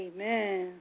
Amen